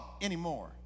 Anymore